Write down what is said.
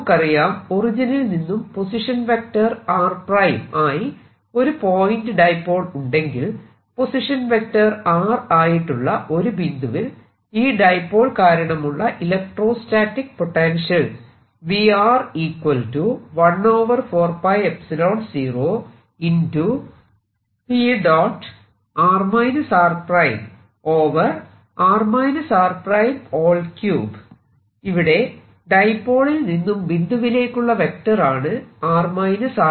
നമുക്കറിയാം ഒറിജിനിൽ നിന്നും പൊസിഷൻ വെക്റ്റർ rʹ ആയി ഒരു പോയിന്റ് ഡൈപോൾ ഉണ്ടെങ്കിൽ പൊസിഷൻ വെക്റ്റർ r ആയിട്ടുള്ള ഒരു ബിന്ദുവിൽ ഈ ഡൈപോൾ കാരണമുള്ള ഇലക്ട്രോസ്റ്റാറ്റിക് പൊട്ടൻഷ്യൽ ഇവിടെ ഡൈപോളിൽ നിന്നും ബിന്ദുവിലേക്കുള്ള വെക്റ്റർ ആണ് r r